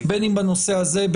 בין אם בנושא הזה,